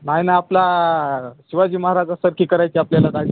नाय ना आपला शिवाजी महाराजांसारखी करायची आपल्याला दाढी